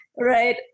right